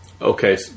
Okay